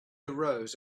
arose